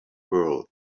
world